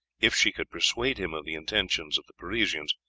if she could persuade him of the intentions of the parisians,